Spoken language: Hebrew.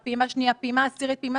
אלה המערכות שמניעות את המגפה וימשיכו להניע